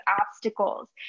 obstacles